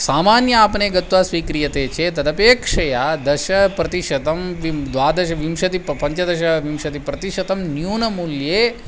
सामान्य आपणे गत्वा स्वीक्रियते चेत् तदपेक्षया दशप्रतिशतं विं द्वादश विंशतिः प पञ्चदश विंशतिः प्रतिशतं न्यूनमूल्ये